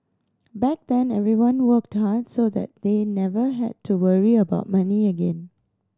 back then everyone worked hard so that they never had to ever worry about money again